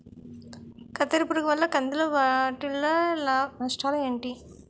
కత్తెర పురుగు వల్ల కంది లో వాటిల్ల నష్టాలు ఏంటి